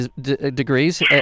degrees